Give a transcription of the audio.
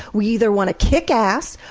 we either want to kick ass,